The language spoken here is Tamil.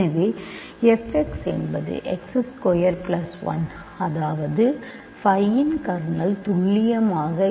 எனவே f x என்பது x ஸ்கொயர் பிளஸ் 1 அதாவது phi இன் கர்னல் துல்லியமாக x ஸ்கொயர் பிளஸ் 1 ஆகும்